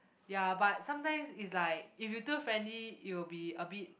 ya but sometimes is like if you too friendly it will be a bit